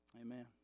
Amen